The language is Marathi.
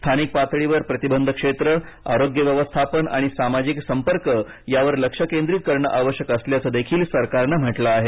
स्थानिक पातळीवर प्रतिबंध क्षेत्र आरोग्य व्यवस्थापन आणि सामाजिक संपर्क यावर लक्ष केंद्रित करणं आवश्यक असल्याचंदेखील सरकारनं म्हटलं आहे